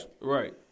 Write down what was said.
right